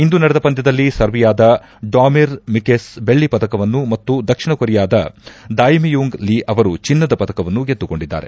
ಇಂದು ನಡೆದ ಪಂದ್ಯದಲ್ಲಿ ಸರ್ಬಿಯಾದ ಡಾಮಿರ್ ಮಿಕೆಸ್ ಬೆಳ್ಳಿ ಪದಕವನ್ನು ಮತ್ತು ದಕ್ಷಿಣಕೊರಿಯಾದ ದಾಯಿಮಿಯುಂಗ್ ಲೀ ಅವರು ಕಂಚಿನ ಪದಕವನ್ನು ಗೆದ್ದುಕೊಂಡಿದ್ದಾರೆ